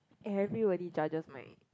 everybody judges my